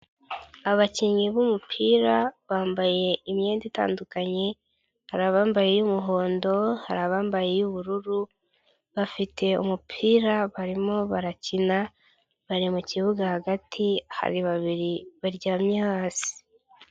Abakinnyi b'umupira bambaye imyenda itandukanye, hari abambaye iy'umuhondo, hari abambaye iy'ubururu, bafite umupira, barimo barakina, bari mu kibuga hagati, hari babiri baryamye hasi.